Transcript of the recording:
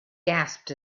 gasped